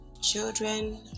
Children